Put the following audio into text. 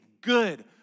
good